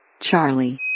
Charlie